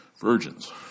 Virgins